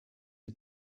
sie